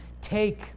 take